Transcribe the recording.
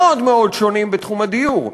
מאוד מאוד שונים בתחום הדיור,